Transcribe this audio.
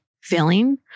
feeling